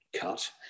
cut